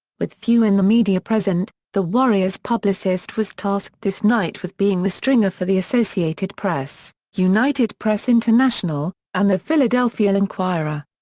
with few in the media present, the warriors' publicist was tasked this night with being the stringer for the associated press, united press international, and the philadelphia inquirer.